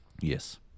Yes